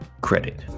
credit